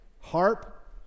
Harp